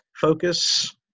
focus